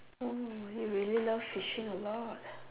oh you really love sushi a lot